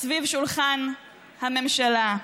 סביב שולחן הממשלה?